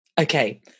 Okay